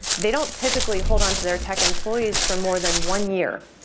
they don't typically hold on to their tech employees for more than one year.